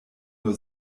nur